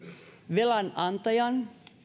velanantajan